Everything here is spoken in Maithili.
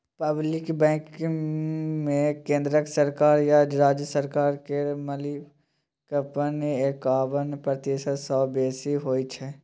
पब्लिक बैंकमे केंद्र सरकार या राज्य सरकार केर मालिकपन एकाबन प्रतिशत सँ बेसी होइ छै